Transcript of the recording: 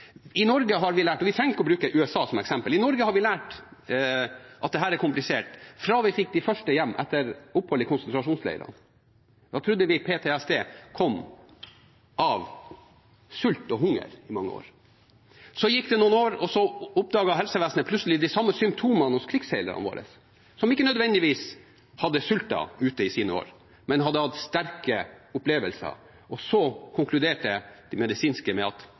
I Norge har vi lært – vi trenger ikke å bruke USA som eksempel – at dette er komplisert, fra vi fikk de første hjem etter opphold i konsentrasjonsleirene. Da trodde vi i mange år at PTSD kom av sult og hunger. Så gikk det noen år, og så oppdaget helsevesenet plutselig de samme symptomene hos krigsseilerne våre, som ikke nødvendigvis hadde sultet ute i sine år, men hadde hatt sterke opplevelser. Så konkluderte de medisinske med at